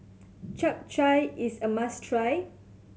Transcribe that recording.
Chap Chai is a must try